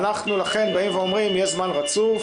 אנחנו לכן באים ואומרים: יש זמן רצוף